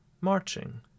marching